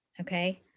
okay